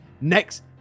next